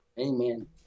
Amen